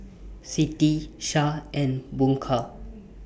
Siti Shah and Bunga